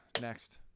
Next